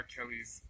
Kelly's